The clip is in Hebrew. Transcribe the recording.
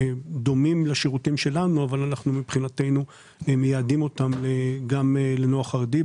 דומים לשירותים שלנו אבל מבחינתנו אנחנו מייעדים אותם גם לנוער חרדי.